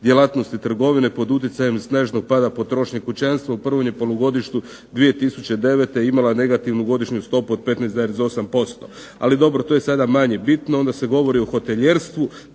djelatnosti trgovine pod utjecajem snaženog pada potrošnje kućanstva u prvom polugodištu 2009. imala negativnu stopu od 15,8%“. Ali dobro to je sada manje bitno, onda se govori o hotelijerstvu